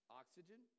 oxygen